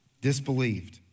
disbelieved